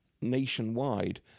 nationwide